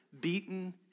beaten